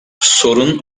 sorun